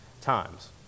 times